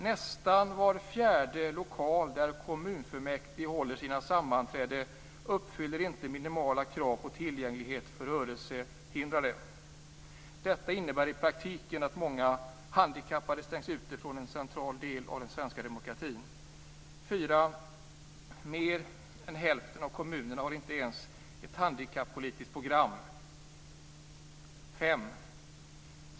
Nästan var fjärde lokal där kommunfullmäktige håller sina sammanträden uppfyller inte minimala krav på tillgänglighet för rörelsehindrade. Detta innebär i praktiken att många handikappade stängs ute från en central del av den svenska demokratin. 4. Mer än hälften av kommunerna har inte ens ett handikappolitiskt program. 5.